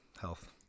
health